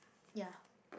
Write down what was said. ya